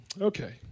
Okay